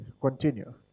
continue